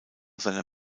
seiner